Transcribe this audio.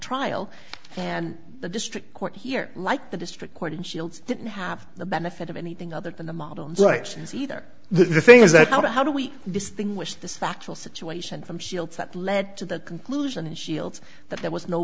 trial and the district court here like the district court and shields didn't have the benefit of anything other than the model license either the thing is that how do we distinguish this factual situation from shields that led to the conclusion that shields that there was no